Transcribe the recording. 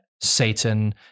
Satan